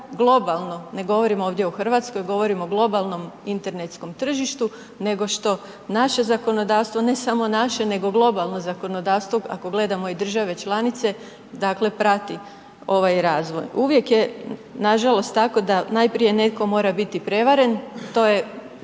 globalno, ne govorim ovdje o Hrvatskoj, govorim o globalnom internetskom tržištu nego što naše zakonodavstvo, ne samo naše nego globalno zakonodavstvo ako gledamo i države članice dakle prati ovaj razvoj. Uvijek je nažalost tako da najprije netko mora biti prevaren, to je